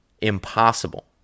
impossible